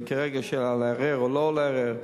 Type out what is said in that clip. כרגע השאלה היא לערער או לא לערער.